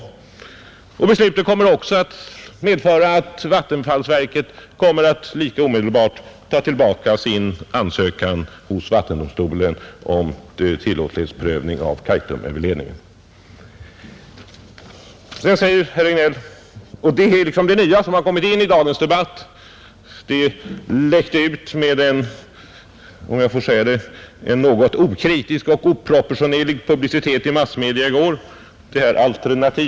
Det kommer också att medföra att vattenfallsverket lika omedelbart tar tillbaka sin ansökan hos vattendomstolen om tillåtlighetsprövning av Kaitumöverledningen. Sedan säger herr Regnéll att det finns ett godtagbart alternativ. Det är det nya som kommit in i dagens debatt, ehuru det läckte ut genom en något okritisk och oproportionerlig publicitet i massmedia i går.